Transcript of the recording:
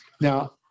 Now